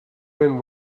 been